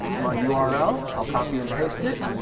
my yeah url, i'll copy and paste it,